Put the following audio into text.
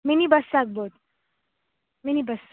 mini bus ಆಗ್ಬೋದು mini bus